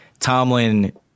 Tomlin